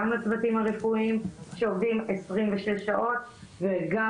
גם לצוותים הרפואיים שעובדים 26 שעות וגם